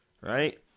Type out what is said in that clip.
right